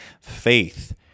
faith